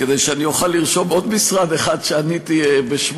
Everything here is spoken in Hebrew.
כדי שאני אוכל לרשום עוד משרד אחד שעניתי בשמו.